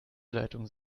leitung